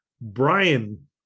brian